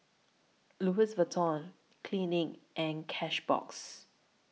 Louis Vuitton Clinique and Cashbox